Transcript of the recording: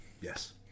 Yes